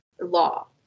law